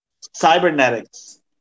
Cybernetics